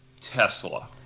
Tesla